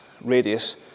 radius